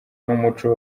n’umuco